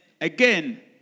Again